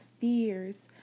fears